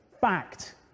fact